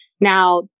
Now